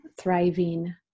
thriving